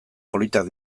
politak